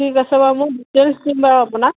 ঠিক আছে বাৰু মোৰ ডিটেইলছ দিম বাৰু আপোনাক